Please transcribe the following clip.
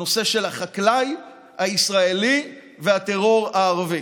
הנושא של החקלאי הישראלי והטרור הערבי.